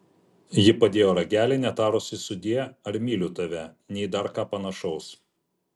ji padėjo ragelį netarusi sudie ar myliu tave nei dar ką panašaus